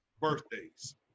birthdays